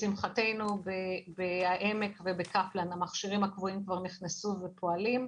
לשמחתנו בבית חולים העמק ובקפלן המכשירים הקבועים כבר נכנסו ופועלים,